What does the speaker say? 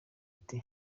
ati